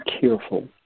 careful